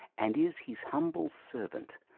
and is his humble servant,